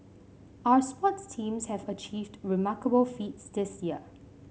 our sports teams have achieved remarkable feats this year